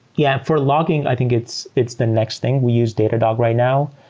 yeah for logging, i think it's it's the next thing. we use datadog right now,